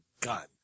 gun